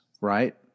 Right